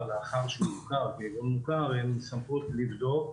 לאחר שהוא הוכר כארגון מוכר הן סמכות לבדוק